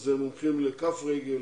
מומחים לכף רגל,